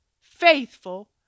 faithful